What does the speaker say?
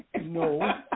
no